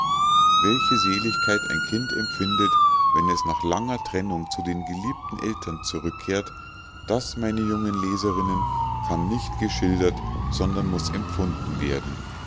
welche seligkeit ein kind empfindet wenn es nach langer trennung zu den geliebten eltern zurückkehrt das meine jungen leserinnen kann nicht geschildert sondern muß empfunden werden